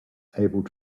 able